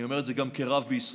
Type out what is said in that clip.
אני אומר את זה גם כרב בישראל.